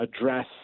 address